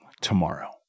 tomorrow